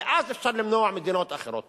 ואז אפשר למנוע מדינות אחרות.